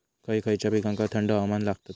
खय खयच्या पिकांका थंड हवामान लागतं?